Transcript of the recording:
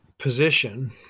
position